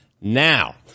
now